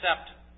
accept